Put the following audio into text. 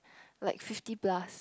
like fifty plus